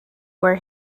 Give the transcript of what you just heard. were